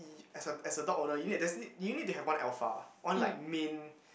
y~ as a as a dog owner you need there's a need you need to have one alpha one like main